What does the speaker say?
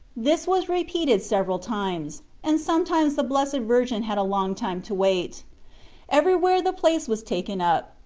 this was repeated several times, and sometimes the blessed virgin had a long time to wait everywhere the place was taken up,